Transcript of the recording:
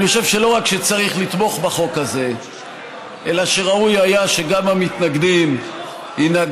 אני חושב שלא רק שצריך לתמוך בחוק הזה אלא שראוי היה שגם המתנגדים ינהגו